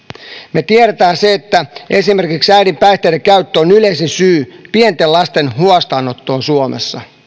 me tiedämme sen että esimerkiksi äidin päihteiden käyttö on yleisin syy pienten lasten huostaanottoon suomessa